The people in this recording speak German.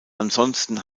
ansonsten